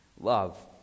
love